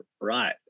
right